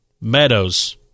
Meadows